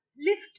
lift